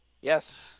Yes